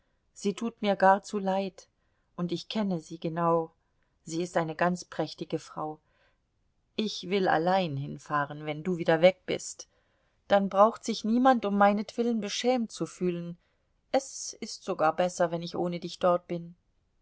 sie tut mir gar zu leid und ich kenne sie genau sie ist eine ganz prächtige frau ich will allein hinfahren wenn du wieder weg bist dann braucht sich niemand um meinetwillen beschämt zu fühlen es ist sogar besser wenn ich ohne dich dort bin